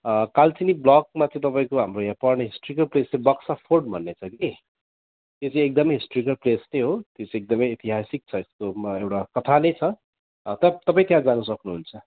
कालचिनी ब्लकमा चाहिँ तपाईँको हाम्रो यहाँ पढ्ने हिस्ट्रिकल प्लेस चाहिँ बक्सा फोर्ट भन्ने छ कि त्यो चाहिँ एकदमै हिस्ट्रिकल प्लेस चाहिँ हो त्यो चाहिँ एकदमै ऐतिहासिक छ त्यसमा एउटा कथा नै छ तप तपाईँ त्यहाँ जान सक्नुहुन्छ